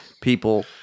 people